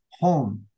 home